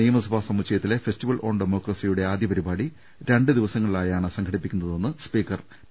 നിയമസഭാ സമു ച്ചയത്തിലെ ഫെസ്റ്റിവൽ ഓൺ ഡെമോക്രസിയുടെ ആദ്യ പരിപാടി രണ്ട് ദിവസങ്ങളിലായാണ് സംഘടിപ്പിക്കുന്നതെന്ന് സ്പീക്കർ പി